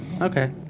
Okay